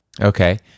Okay